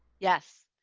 yes,